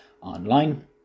Online